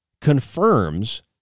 confirms